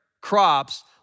crops